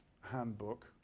handbook